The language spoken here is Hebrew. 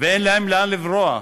ואין להם לאן לברוח,